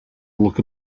look